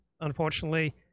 unfortunately